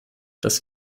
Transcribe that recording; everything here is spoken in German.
das